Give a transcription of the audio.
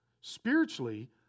Spiritually